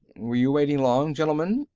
were you waiting long, gentlemen?